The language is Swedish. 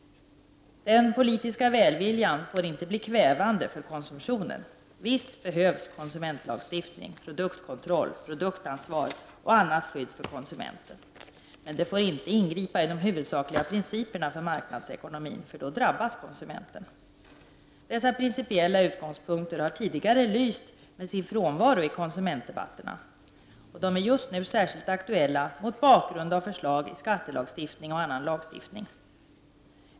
Den politiska välviljan får inte bli kvävande för konsumtionen. Visst behövs det konsumentlagstiftning, produktkontroll, produktansvar och annat skydd för konsumenten, men det får inte ingripa i de huvudsakliga principerna för marknadsekonomin. Då drabbas konsumenten. Dessa principiella synpunkter har tidigare lyst med sin frånvaro i konsumentdebatterna. De är just nu särskilt aktuella mot bakgrund av förslag i skattelagstiftning och annan lagstiftning.